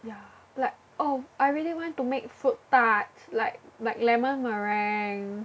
ya like oh I really want to make fruit tarts like like lemon meringue